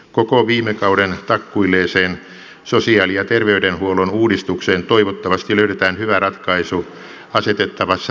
koko viime kauden takkuilleeseen sosiaali ja terveydenhuollon uudistukseen toivottavasti löydetään hyvä ratkaisu asetettavassa parlamentaarisessa työryhmässä